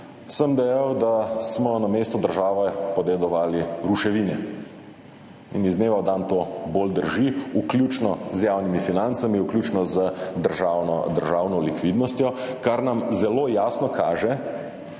sem dejal, da smo namesto države podedovali ruševine. In iz dneva v dan to bolj drži, vključno z javnimi financami, vključno z državno likvidnostjo, kar nam zelo jasno kaže,